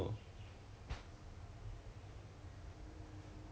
it's probably about 他三个月的 pay